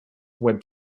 web